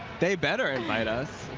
they better invite us.